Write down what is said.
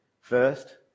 first